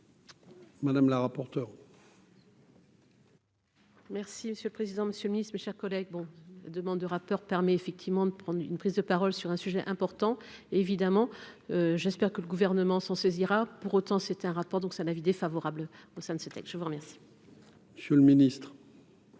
Madame la rapporteure. Merci monsieur le président, Monsieur le Ministre, mes chers collègues, bon, demande de rappeurs permet effectivement de prendre une prise de parole sur un sujet important, évidemment, j'espère que le gouvernement s'en saisira pour autant c'était un rapport donc ça n'a vidé favorable au sein de ce texte, je vous remercie. Monsieur le ministre.